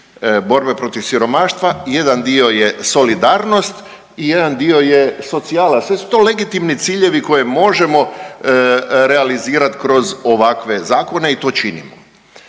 borbe protiv siromaštva, jedan dio je solidarnost i jedan dio je socijala. Sve su to legitimni ciljevi koje možemo realizirati kroz ovakve zakone i to činimo.